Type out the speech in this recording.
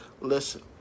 Listen